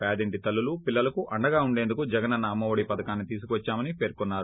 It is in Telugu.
పేదింటి తల్లులు పిల్లలకు అండగా ఉండేందుకు జగనన్న అమ్మబెడి పథకాన్ని తీసుకువచ్చామని పేర్కొన్నారు